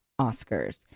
Oscars